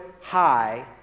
high